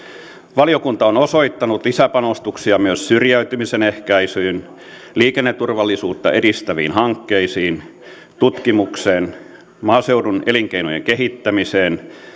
valiokunta on osoittanut lisäpanostuksia myös syrjäytymisen ehkäisyyn liikenneturvallisuutta edistäviin hankkeisiin tutkimukseen maaseudun elinkeinojen kehittämiseen